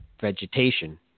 vegetation